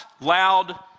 loud